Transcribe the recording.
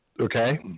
Okay